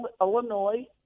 Illinois